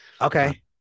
okay